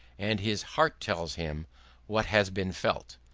and his heart tells him what has been felt.